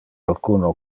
alcuno